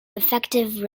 defective